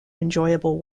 enjoyable